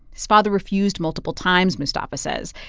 his father refused multiple times, mustafa says.